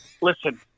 listen